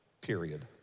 period